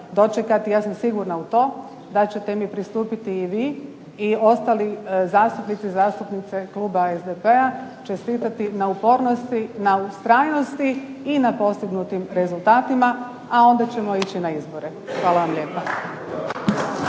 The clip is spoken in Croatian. dočekati ja sam sigurna u to da ćete mi pristupiti i vi i ostali zastupnici i zastupnice kluba SDP-a čestitati na upornosti, na ustrajnosti i na postignutim rezultatima, a onda ćemo ići na izbore. Hvala vam lijepa.